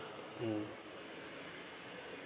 mm